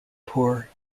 poor